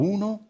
Uno